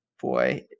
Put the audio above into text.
Boy